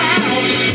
House